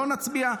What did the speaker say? לא נצביע.